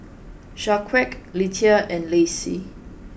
Shaquan Letta and Lacie